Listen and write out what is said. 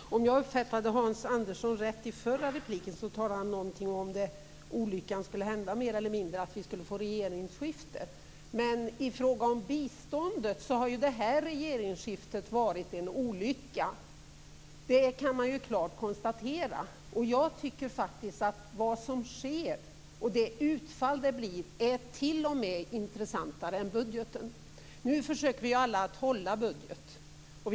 Fru talman! Om jag uppfattade Hans Andersson rätt talade han i den förra repliken om vad som skulle ske, om mer eller mindre en olycka skulle hända så att vi skulle få ett regeringsskifte. Vad gäller biståndet kan man klart konstatera att det senaste regeringsskiftet har varit en olycka. Jag tycker faktiskt att utfallet t.o.m. är intressantare än budgeten. Vi försöker nu alla att hålla budgeten.